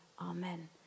Amen